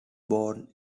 born